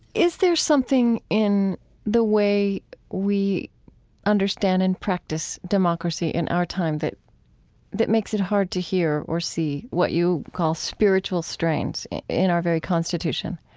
is there something in the way we understand and practice democracy in our time that that makes it hard to hear or see what you call spiritual strains in our very constitution?